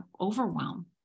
overwhelm